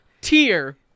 tier